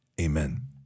Amen